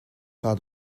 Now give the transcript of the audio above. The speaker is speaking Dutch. gaat